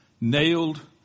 nailed